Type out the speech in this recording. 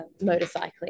motorcycling